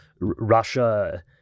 russia